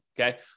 okay